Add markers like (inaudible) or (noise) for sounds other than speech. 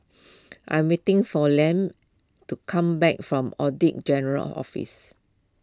(noise) I am waiting for Liam to come back from Audit General's Office